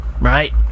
right